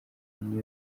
new